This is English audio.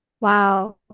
wow